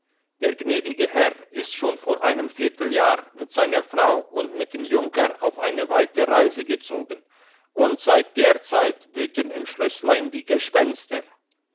der gnädige herr ist schon vor einem vierteljahr mit seiner frau und mit dem junker auf eine weite reise gezogen und seit der zeit wüten im schlösslein die gespenster